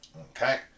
Okay